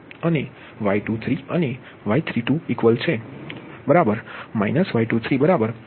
અને Y23Y32 y23